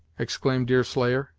exclaimed deerslayer,